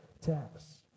tax